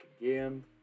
again